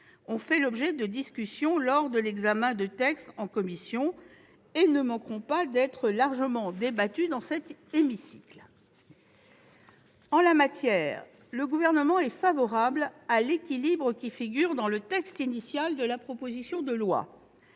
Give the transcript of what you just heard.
ont fait l'objet de discussions lors de l'examen du texte en commission et ne manqueront pas d'être largement débattus dans cet hémicycle. En la matière, le Gouvernement est favorable à l'équilibre qui figurait dans le texte initial de la proposition de loi,